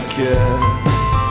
guess